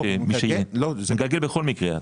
הוא בכל מקרה מגלגל.